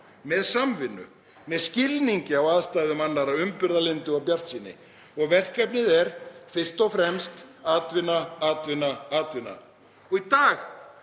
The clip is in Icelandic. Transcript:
með samvinnu, með skilningi á aðstæðum annarra, umburðarlyndi og bjartsýni. Og verkefnið er fyrst og fremst atvinna, atvinna, atvinna. Í dag